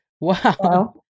Wow